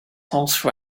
horse